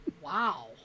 wow